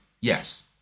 Yes